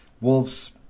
wolves